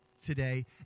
Today